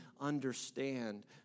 understand